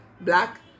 Black